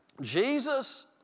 Jesus